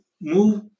move